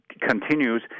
continues